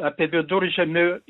apie viduržemį